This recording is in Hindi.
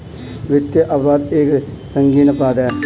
वित्तीय अपराध एक संगीन अपराध है